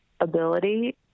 ability